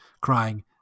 crying